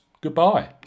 Goodbye